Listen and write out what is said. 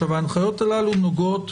הנחיות הללו נוגעות